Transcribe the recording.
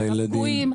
של הפגועים,